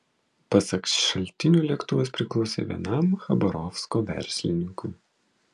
pasak šaltinių lėktuvas priklausė vienam chabarovsko verslininkui